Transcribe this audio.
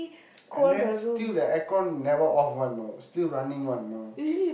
and then still the aircon never off want you know still running you know